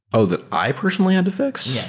oh, that i personally had to fi x? yeah.